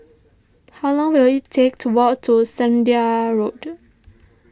how long will it take to walk to Zehnder Road